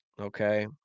Okay